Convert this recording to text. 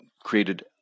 created